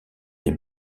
des